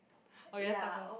or you want start first